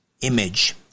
image